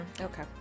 okay